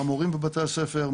מהמורים בבתי הספר,